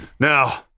now!